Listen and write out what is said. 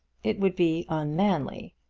it would be unmanly.